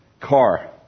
car